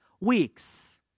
weeks